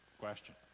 Question